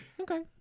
Okay